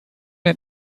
den